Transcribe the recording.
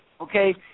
Okay